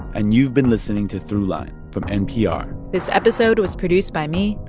and you've been listening to throughline from npr this episode was produced by me.